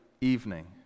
evening